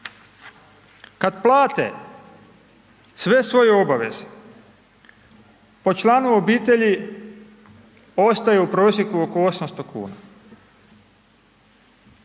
Kada plate sve svoje obaveze po članu obitelji, ostaju u prosjeku oko 800 kn.